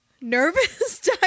Nervous